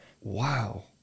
Wow